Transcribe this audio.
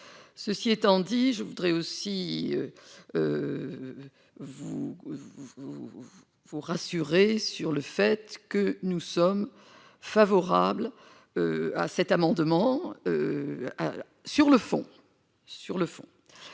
ceci étant dit, je voudrais aussi vous vous faut rassurer sur le fait que nous sommes favorables à cet amendement sur le fond,